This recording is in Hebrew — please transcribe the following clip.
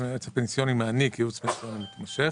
היועץ הפנסיוני מעניק ייעוץ פנסיוני מתמשך